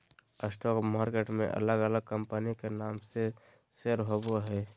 stock market में अलग अलग कंपनी के नाम से शेयर होबो हइ